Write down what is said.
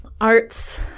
Arts